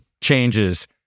changes